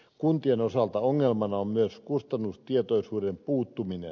kuntien osalta ongelmana on myös kustannustietoisuuden puuttuminen